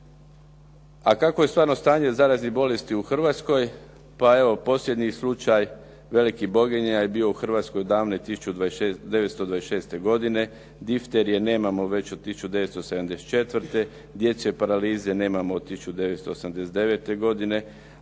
A kakvo je zapravo stanje zaraznih bolesti u Hrvatskoj?